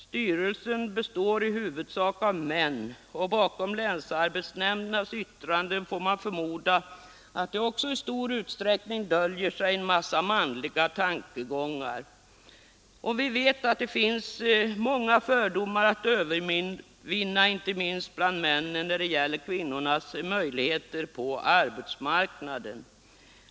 Styrelsen består i huvudsak av män — och man får förmoda att det bakom länsarbetsnämndernas yttranden också i stor utsträckning döljer sig manliga tankegångar. Vi vet att det finns många fördomar att övervinna, inte minst bland männen, när det gäller kvinnornas möjligheter på arbetsmarknaden.